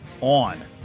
on